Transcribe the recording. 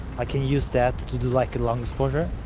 i can use that to do like, long exposure.